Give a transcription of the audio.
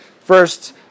first